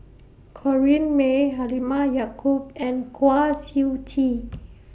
Corrinne May Halimah Yacob and Kwa Siew Tee